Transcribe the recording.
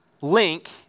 link